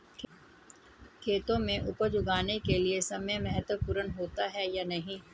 खेतों में उपज उगाने के लिये समय महत्वपूर्ण होता है या नहीं?